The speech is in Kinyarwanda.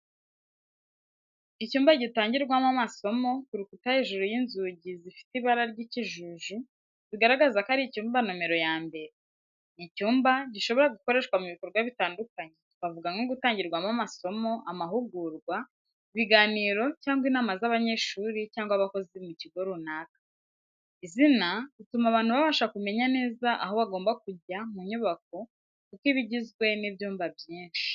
Icyumba gitangirwamo amasomo, ku rukuta hejuru y’inzugi zifite ibara ry'ikijuju zigaragaza ko ari icyumba nomero ya mbere. Ni icyumba gishobora gukoreshwa mu bikorwa bitandukanye, twavuga nko gutangirwamo amasomo, amahugurwa, ibiganiro cyangwa inama z’abanyeshuri cyangwa abakozi mu kigo runaka. Izina rituma abantu babasha kumenya neza aho bagomba kujya mu nyubako kuko iba igizwe n’ibyumba byinshi.